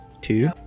two